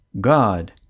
God